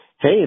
Hey